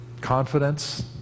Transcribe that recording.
Confidence